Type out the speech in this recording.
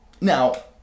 now